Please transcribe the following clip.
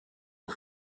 aux